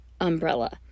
Umbrella